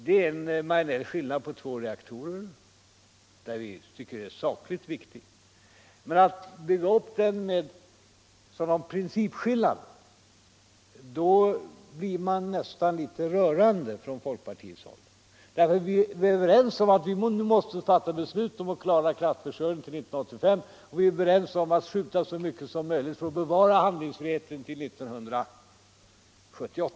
Det är en marginell skillnad på två reaktorer, som vi tycker är sakligt riktig. Men när man från folkpartiets sida försöker göra den till en prin cipskillnad blir man nästan litet rörd. Vi är överens om att vi nu måste fatta beslut för att klara kraftförsörjningen till 1985, och vi är överens om att skjuta så mycket som möjligt till 1978 för att bevara handlingsfriheten.